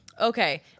Okay